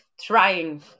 trying